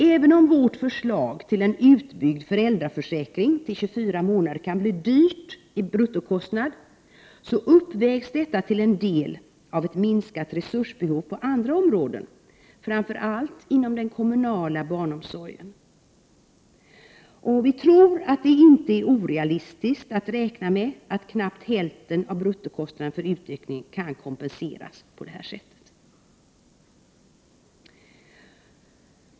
Även om vårt förslag att man skall bygga ut föräldraförsäkringen till 24 månader kan bli dyrt i bruttokostnad så uppvägs detta till en del av ett minskat resursbehov på andra områden, framför allt inom den kommunala barnomsorgen. Vi tror att det inte är orealistiskt att räkna med att knappt hälften av bruttokostnaden för utökningen kompenseras på det här sättet.